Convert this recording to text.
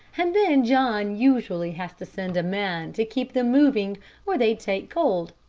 and then john usually has to send a man to keep them moving or they'd take cold.